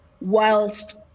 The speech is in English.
whilst